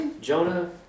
Jonah